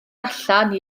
allan